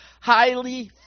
highly